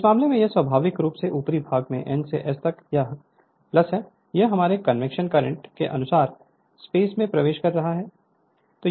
इस मामले में यह स्वाभाविक रूप से ऊपरी भाग में N से S तक यह है यह हमारे कन्वैक्शन करंट के अनुसार स्पेस में प्रवेश कर सकता है